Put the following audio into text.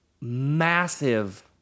massive